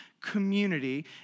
community